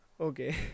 Okay